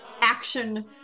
action